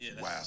Wow